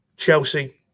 Chelsea